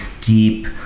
deep